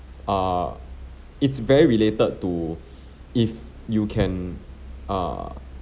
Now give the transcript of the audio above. err it's very related to if you can err